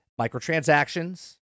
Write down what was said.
Microtransactions